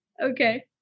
Okay